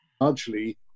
largely